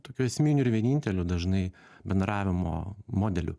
tokiu esminiu ir vieninteliu dažnai bendravimo modeliu